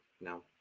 No